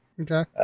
Okay